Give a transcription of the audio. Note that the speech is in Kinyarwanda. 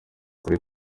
kuri